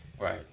right